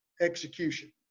execution